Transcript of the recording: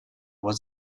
was